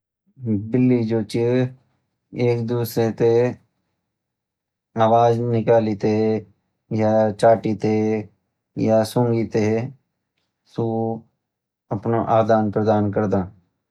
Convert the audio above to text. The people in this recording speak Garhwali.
बिल्ली जो छ एक दूसरे ते आवाज़ निकाली ते चाटते या सुनगीते अपणु आदान प्रदान करदा